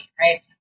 right